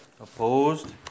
Opposed